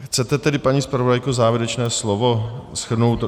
Chcete tedy, paní zpravodajko, závěrečné slovo, shrnout to?